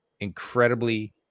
incredibly